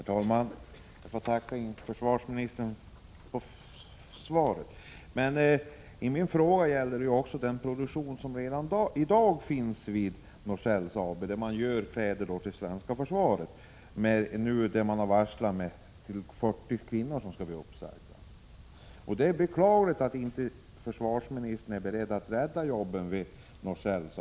Herr talman! Jag tackar försvarsministern för svaret. Min fråga gällde emellertid också den produktion som redan i dag förekommer vid Norsel AB av kläder åt det svenska försvaret. Detta företag har nu varslat 40 kvinnor om uppsägning. Det är beklagligt att försvarsministern inte är beredd att rädda jobben vid Norsel AB.